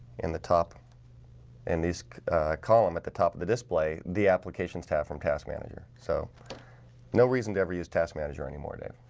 in the top and these column at the top of the display the applications tab from task manager, so no reason to ever use task manager anymore dave.